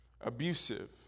abusive